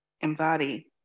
embody